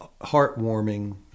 heartwarming